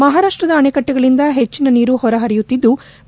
ಮಹಾರಾಷ್ಲದ ಅಣೆಕಟ್ಟಿಗಳಿಂದ ಹೆಚ್ಚನ ನೀರು ಹೊರ ಪರಿಯುತ್ತಿದ್ಲು